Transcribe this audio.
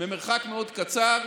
ממרחק מאוד קצר,